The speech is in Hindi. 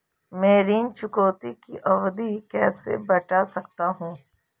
मैं ऋण चुकौती की अवधि कैसे बढ़ा सकता हूं?